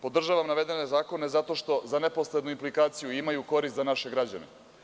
Podržavam navedene zakone zato što za neposrednu implikaciju imaju korist za naše građane.